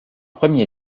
premier